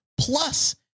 plus